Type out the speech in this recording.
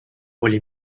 oli